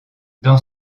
dans